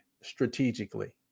strategically